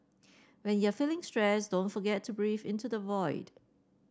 when you are feeling stressed don't forget to breathe into the void